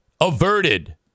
averted